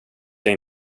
jag